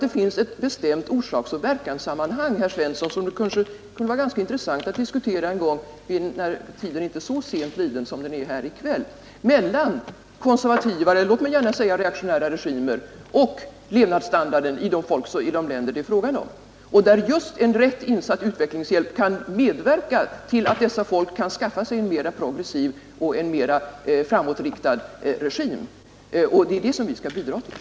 Det finns nämligen ett orsaksoch verkanssammanhang, herr Svensson, som det kunde vara ganska intressant att diskutera en gång, när tiden inte är så långt liden som i kväll, mellan konservativa eller låt mig säga reaktionära regimer och levnadsstandarden i de länder det är fråga om och där just en rätt insatt utvecklingshjälp kan medverka till att dessa folk kan skaffa sig en mera progressiv och en mera framåtriktad regim. Det är detta som vi skall bidra till.